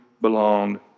belong